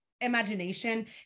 imagination